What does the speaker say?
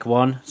one